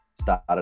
started